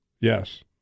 Yes